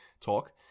talk